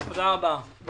אני